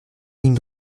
ligne